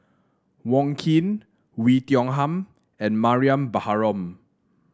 Wong Keen Oei Tiong Ham and Mariam Baharom